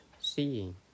seeing